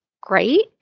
great